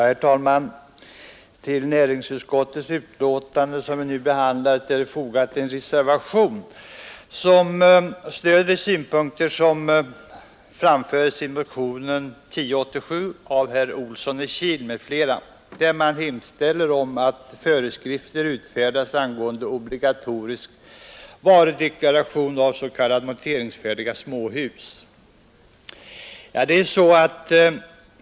Herr talman! Till näringsutskottets betänkande nr 31 som vi nu behandlar är fogad en reservation som stöder de synpunkter som framförts i motionen 1087 av herr Olsson i Kil m, fl., där man hemställer om att föreskrifter utfärdas om obligatorisk varudeklaration av s.k. monteringsfärdiga småhus.